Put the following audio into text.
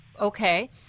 Okay